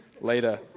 later